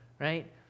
right